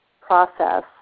process